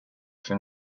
for